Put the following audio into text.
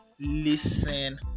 listen